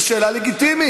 וזאת שאלה לגיטימית.